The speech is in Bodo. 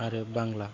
आरो बांग्ला